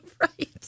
Right